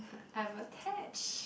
I'm attached